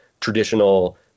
traditional